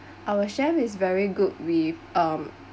our chefs is very good with um